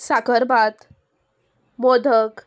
साकरभात मोदक